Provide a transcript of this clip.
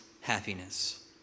happiness